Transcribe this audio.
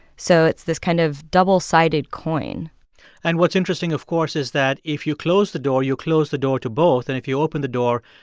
so it's this kind of double-sided coin and what's interesting, of course, is that if you close the door, you close the door to both, and if you open the door,